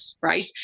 right